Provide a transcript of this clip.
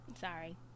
Sorry